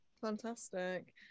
Fantastic